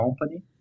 company